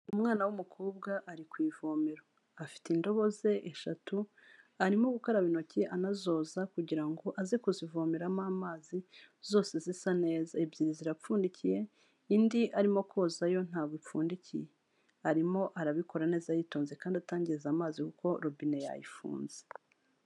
Umwana w'umukobwa ari ku ivomero afite indobo ze eshatu arimo gukaraba intoki anazoza kugira ngo aze kuzivomeramo amazi zose zisa neza; ebyiri zirapfundikiye indi arimo koza yo ntabwo ipfundikiye arimo arabikora neza yitonze kandi atangiza amazi kuko robine yayifunze.